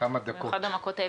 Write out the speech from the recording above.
זו אחת המכות היבשות.